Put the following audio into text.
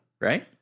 right